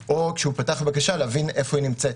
או כשהוא פתח בקשה, להבין איפה היא נמצאת.